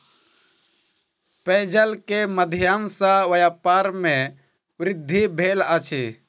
पेयजल के माध्यम सॅ व्यापार में वृद्धि भेल अछि